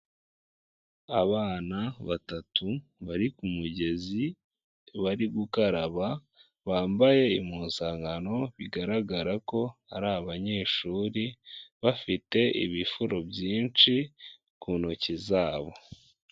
Abana batatu bari ku mugezi bari gukaraba bambaye impuzankano bigaragara ko ari abanyeshuri bafite ibifuro byinshi ku ntoki zabo.